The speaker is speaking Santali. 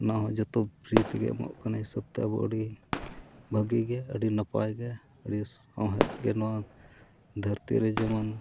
ᱱᱚᱣᱟ ᱦᱚᱸ ᱡᱚᱛᱚ ᱯᱷᱨᱤ ᱛᱮᱜᱮ ᱮᱢᱚᱜ ᱠᱟᱱᱟᱭ ᱦᱤᱥᱟᱹᱵ ᱛᱮ ᱟᱵᱚ ᱟᱹᱰᱤ ᱵᱷᱟᱹᱜᱤ ᱜᱮ ᱟᱹᱰᱤ ᱱᱟᱯᱟᱭ ᱜᱮ ᱟᱹᱰᱤ ᱥᱚᱸᱦᱮᱫ ᱜᱮ ᱱᱚᱣᱟ ᱫᱷᱟᱹᱨᱛᱤ ᱨᱮ ᱡᱮᱢᱚᱱ